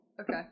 Okay